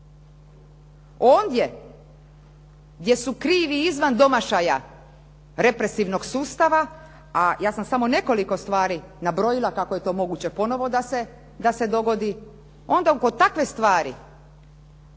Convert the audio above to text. Ondje gdje su krivi izvan domašaja represivnog sustava a ja sam samo nekoliko stvari nabrojila kako je to moguće ponovo da se dogodi, onda oko takve stvari